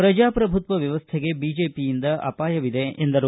ಪ್ರಜಾಪ್ರಭುತ್ವ ವ್ಯವಸ್ಥೆಗೆ ಬಿಜೆಪಿಯಿಂದ ಅಪಾಯವಿದೆ ಎಂದರು